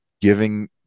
giving